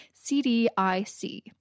CDIC